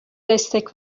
destek